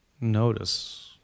notice